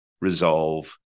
resolve